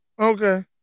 okay